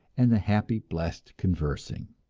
and the happy blest conversing!